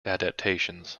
adaptations